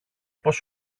πως